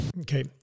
Okay